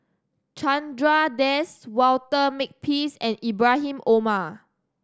Chandra Das Walter Makepeace and Ibrahim Omar